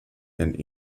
and